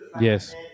Yes